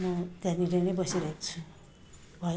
म त्यहाँनिर नै बसिरहेको छु भयो